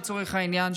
לצורך העניין,